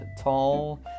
tall